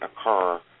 occur